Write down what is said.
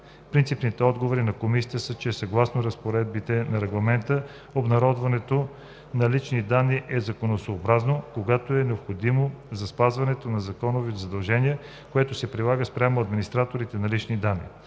Принципните отговори на Комисията са, че съгласно разпоредбите на Регламента обработването на лични данни е законосъобразно, когато е необходимо за спазване на законовото задължение, което се прилага спрямо администраторите на лични данни.